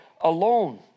alone